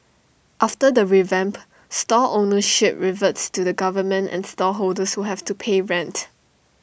after the revamp stall ownership reverts to the government and stall holders will have to pay rent